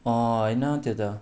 होइन त्यो त